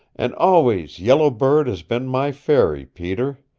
and always yellow bird has been my fairy, peter.